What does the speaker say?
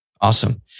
Awesome